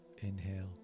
inhale